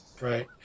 right